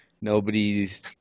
nobody's